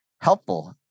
helpful